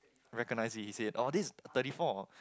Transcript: recognised it he said oh this is thirty four